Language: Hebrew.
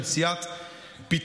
עד למציאת פתרון,